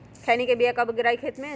खैनी के बिया कब गिराइये खेत मे?